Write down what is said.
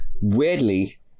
weirdly